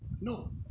No